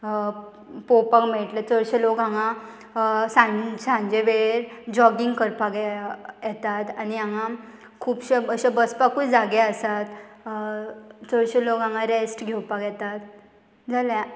पोवपाक मेळटले चडशे लोक हांगा सां सांजे वेळेर जॉगींग करपाक येतात आनी हांगा खुबशे अशे बसपाकूय जागे आसात चडशे लोक हांगा रेस्ट घेवपाक येतात जालें